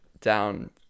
down